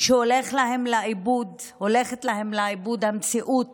שהולכת להם לאיבוד המציאות